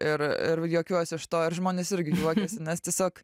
ir ir juokiuosi iš to ir žmonės irgi juokiasi nes tiesiog